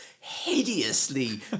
hideously